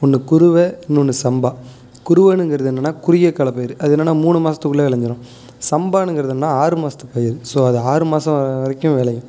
ஒன்று குறுவை இன்னொன்று சம்பா குறுவனுங்கிறது என்னன்னால் குறுகிய கால பயிர் அது என்னன்னால் மூணு மாதத்துக்குள்ளே விளஞ்சிரும் சம்பானுங்கிறதுன்னால் ஆறு மாதத்து பயிர் ஸோ அது ஆறு மாதம் வரைக்கும் விளையும்